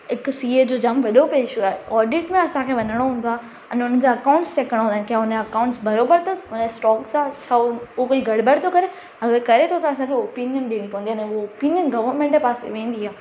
हिकु सी ए जो जामु वॾो पेशो आहे ऑडिट में असांखे वञिणो हूंदो आहे अने उन जा अकाउंट्स चेक करिणा हूंदा आहिनि की उन जा अकाउंट्स बरोबरु अथसि उन्हनि जे स्टॉक्स सां उहे गड़बड़ थो करे अगरि करे थो त असांखे ओपिनियन ॾियणी पवंदी आहे ऐं उहो ओपिनियन गवरमेंट पासे वेंदी आहे